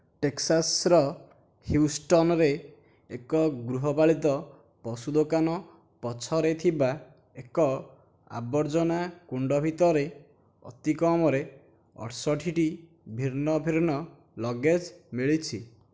ଟେକ୍ସାସ୍ର ହ୍ୟୁଷ୍ଟନ୍ରେ ଏକ ଗୃହପାଳିତ ପଶୁ ଦୋକାନ ପଛରେ ଥିବା ଏକ ଆବର୍ଜନା କୁଣ୍ଡ ଭିତରେ ଅତିକମ୍ରେ ଅଠଷଠିଟି ଭିନ୍ନ ଭିନ୍ନ ଲଗେଜ୍ ମିଳିଛି